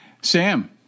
Sam